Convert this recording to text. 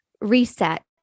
reset